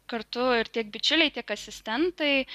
kartu ir tiek bičiuliai tiek asistentai